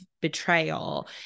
betrayal